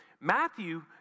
Matthew